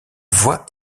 voie